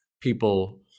people